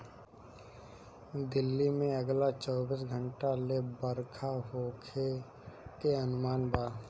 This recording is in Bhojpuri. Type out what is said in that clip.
दिल्ली में अगला चौबीस घंटा ले बरखा होखे के अनुमान बा